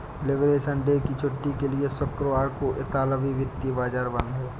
liberation day की छुट्टी के लिए शुक्रवार को इतालवी वित्तीय बाजार बंद हैं